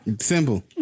Simple